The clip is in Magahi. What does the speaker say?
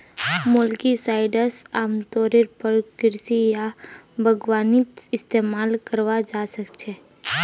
मोलस्किसाइड्स आमतौरेर पर कृषि या बागवानीत इस्तमाल कराल जा छेक